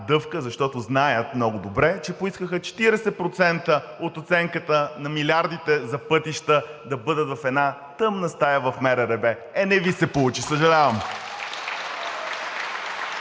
защото знаят много добре, че поискаха 40% от оценката на милиардите за пътища да бъдат в една тъмна стая в МРРБ. Е, не Ви се получи, съжалявам!